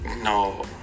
no